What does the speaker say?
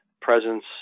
presence